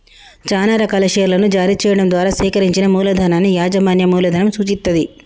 చానా రకాల షేర్లను జారీ చెయ్యడం ద్వారా సేకరించిన మూలధనాన్ని యాజమాన్య మూలధనం సూచిత్తది